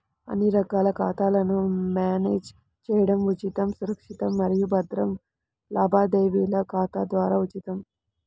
అన్ని రకాల ఖాతాలను మ్యానేజ్ చేయడం ఉచితం, సురక్షితం మరియు భద్రం లావాదేవీల ఖాతా ద్వారా ఉచితం